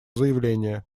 заявление